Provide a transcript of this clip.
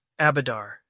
Abadar